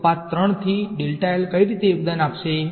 તો પાથ 3 થી dl કઈ રીતે યોગદાન આપશે